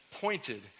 pointed